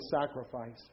sacrifice